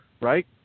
right